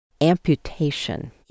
amputation